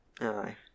Aye